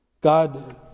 God